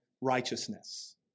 righteousness